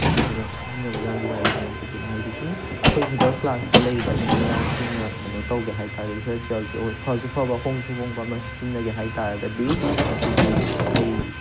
ꯑꯗꯨꯗꯨꯅ ꯁꯤꯖꯟꯅꯕꯗ ꯌꯥꯝ ꯅꯨꯉꯥꯏꯒꯅꯤ ꯑꯗꯨꯗꯨꯅ ꯍꯥꯏꯗꯤ ꯁꯨꯝ ꯑꯩꯈꯣꯏ ꯃꯤꯗꯜ ꯀ꯭ꯂꯥꯁꯇ ꯂꯩꯕ ꯏꯆꯤꯜ ꯏꯅꯥꯎꯁꯤꯡꯅ ꯀꯩꯅꯣ ꯇꯧꯒꯦ ꯍꯥꯏꯇꯥꯔꯒꯗꯤ ꯍꯦꯌꯔ ꯖꯦꯜꯗꯣ ꯐꯁꯨ ꯐꯕ ꯍꯣꯡꯁꯨ ꯍꯣꯡꯕ ꯑꯃ ꯁꯤꯖꯟꯅꯒꯦ ꯍꯥꯏꯇꯥꯔꯒꯗꯤ ꯃꯁꯤꯒꯤ ꯑꯩ